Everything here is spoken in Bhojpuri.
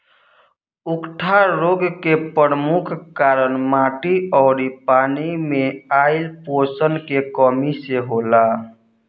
उकठा रोग के परमुख कारन माटी अउरी पानी मे आइल पोषण के कमी से होला